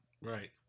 Right